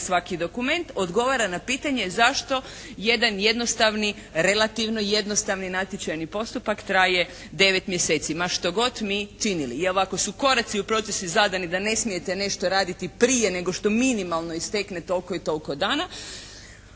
svaki dokument odgovara na pitanje zašto jedan jednostavni, relativno jednostavni natječajni postupak traje 9 mjeseci ma što god mi činili. Jer ako su koraci u procesu zadani da ne smijete nešto raditi prije nego što minimalno istekne toliko i toliko dana